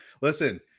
listen